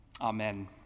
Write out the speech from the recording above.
Amen